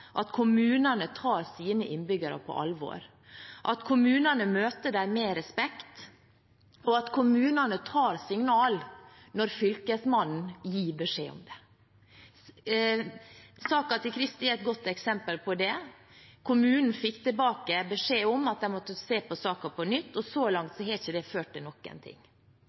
at kommunene tar sine innbyggere på alvor, at kommunene møter dem med respekt, og at kommunene tar signal når Fylkesmannen gir beskjed om det. Saken til Christi er et godt eksempel på det. Kommunen fikk tilbake beskjed om at de måtte se på saken på nytt, og så langt har det ikke ført til